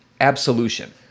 absolution